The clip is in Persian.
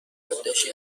یادداشتی